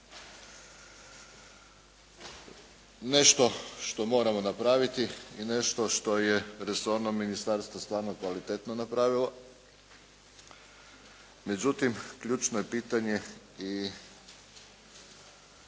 Nešto što moramo napraviti i nešto što je resorno ministarstvo stvarno kvalitetno napravilo, međutim ključno je pitanje i